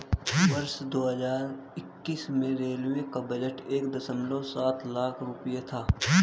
वर्ष दो हज़ार इक्कीस में रेलवे का बजट एक दशमलव सात लाख रूपये था